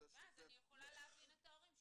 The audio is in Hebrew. ואז אני יכולה להבין את ההורים שאומרים,